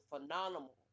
phenomenal